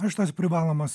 aš tas privalomas